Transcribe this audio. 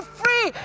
free